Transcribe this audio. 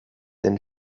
den